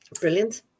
brilliant